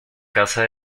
casa